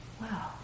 Wow